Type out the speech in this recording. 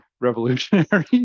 revolutionary